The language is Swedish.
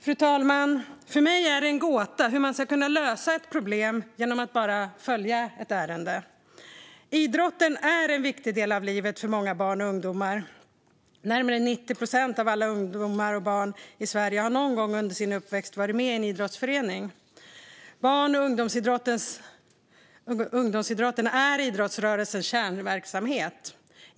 Fru talman! För mig är det en gåta hur man ska kunna lösa ett problem genom att bara följa ett ärende. Idrotten är en viktig del av livet för många barn och ungdomar. Närmare 90 procent av alla ungdomar och barn i Sverige har någon gång under sin uppväxt varit med i en idrottsförening. Barn och ungdomsidrotten är idrottsrörelsens kärnverksamhet.